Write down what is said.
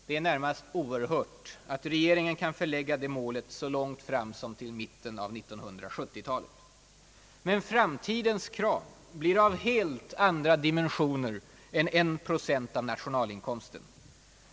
Det är närmast oerhört att regeringen kan förlägga det målet så långt fram som till mitten av 1970-talet. Men framtidens krav blir av helt andra dimensioner än en procent av nationalinkomsten.